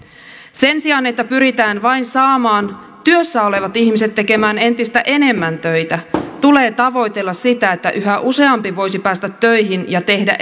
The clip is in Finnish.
sen sijaan että pyritään vain saamaan työssä olevat ihmiset tekemään entistä enemmän töitä tulee tavoitella sitä että yhä useampi voisi päästä töihin ja tehdä